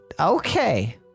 okay